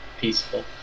peaceful